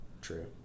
True